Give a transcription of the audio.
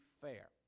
fair